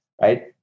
right